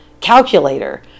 calculator